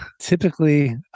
Typically